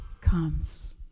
comes